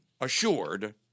assured